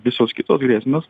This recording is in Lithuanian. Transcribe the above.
visos kitos grėsmės